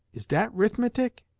is dat rithmetic?